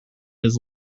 his